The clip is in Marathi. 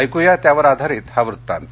ऐकू या त्यावर आधारित हा वृत्तांत